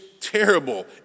terrible